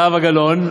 זהבה גלאון,